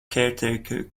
caretaker